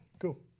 Cool